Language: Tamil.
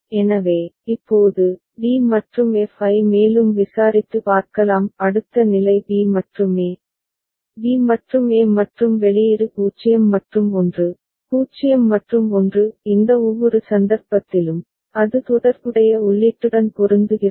எனவே இப்போது d மற்றும் f ஐ மேலும் விசாரித்து பார்க்கலாம் அடுத்த நிலை b மற்றும் a b மற்றும் a மற்றும் வெளியீடு 0 மற்றும் 1 0 மற்றும் 1 இந்த ஒவ்வொரு சந்தர்ப்பத்திலும் அது தொடர்புடைய உள்ளீட்டுடன் பொருந்துகிறது